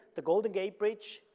the golden gate bridge,